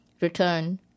Return